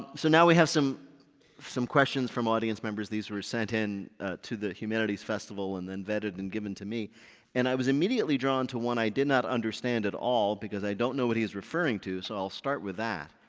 so now we have some some questions from audience members. these were sent in to the humanities festival and then vetted and given to me and i was immediately drawn to one i did not understand at all, because i don't know what he's referring to, so i'll start with that.